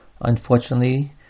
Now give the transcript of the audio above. unfortunately